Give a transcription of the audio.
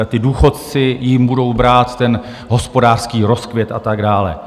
ti důchodci jim budou brát ten hospodářský rozkvět a tak dále.